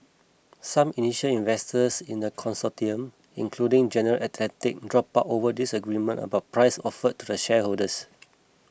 some initial investors in the consortium including General Atlantic dropped out over disagreement about price offered to the shareholders